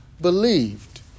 believed